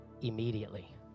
immediately